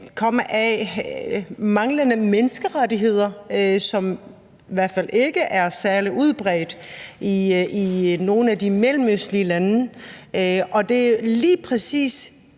kommer af manglende menneskerettigheder, som i hvert fald ikke er særlig udbredt i nogle af de mellemøstlige lande, og det er jo lige præcis